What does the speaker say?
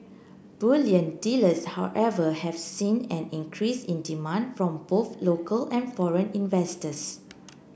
bullion dealers however have seen an increase in demand from both local and foreign investors